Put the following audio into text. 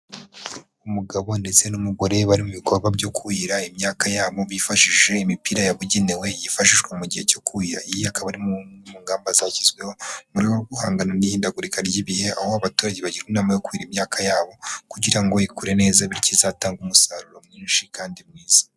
Umugabo ndetse n'umugore bari mu bikorwa byo kuhira imyaka yabo, bifashishije imipira yabugenewe yifashishwa mu gihe cyo kuhira, iyi akaba ari imwe mu ngamba zashyizweho mu buryo bwo guhangana n'ihindagurika ry'ibihe, aho abaturage bagirwa inama yo kurira imyaka yabo, kugira ngo ikure neza bityo izatange umusaruro mwinshi kandi mwiza.